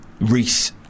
Reese